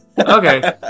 Okay